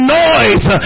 noise